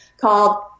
called